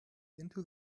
into